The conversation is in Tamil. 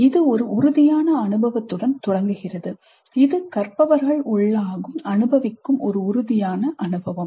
இது ஒரு உறுதியான அனுபவத்துடன் தொடங்குகிறது இது கற்பவர்கள் உள்ளாகும் அனுபவிக்கும் ஒரு உறுதியான அனுபவம்